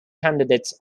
candidates